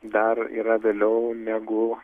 dar yra vėliau negu